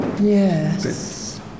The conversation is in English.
Yes